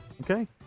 Okay